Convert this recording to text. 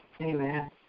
Amen